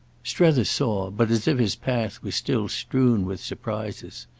strether saw, but as if his path was still strewn with surprises.